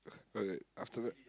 o~ okay after that